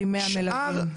כ-3,100 מלווים.